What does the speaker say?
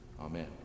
amen